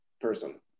person